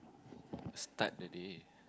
start the day